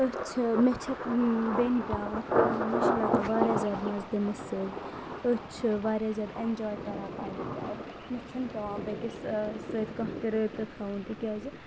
أسۍ چھےٚ مےٚ چھےٚ بیٚنہِ بیاکھ مےٚ چھِ لَگان واریاہ زیادٕ مَزٕ تٔمِس سۭتۍ أسۍ چھِ واریاہ زیادٕ اؠنجاے کَران پنٛنہِ گَرِ مےٚ چھُنہٕ پیٚوان بیٚکِس سۭتۍ کانٛہہ تہِ رٲبِطہٕ تھاوُن تِکیازِ